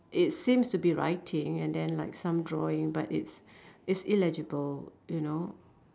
it's seems to be writing and then like some drawing but it's it's illegible you know